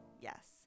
yes